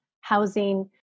housing